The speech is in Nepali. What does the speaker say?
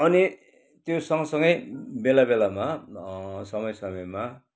अनि त्यो सँगसँगै बेलाबेलामा समयसमयमा